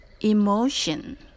emotion